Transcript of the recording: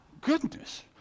goodness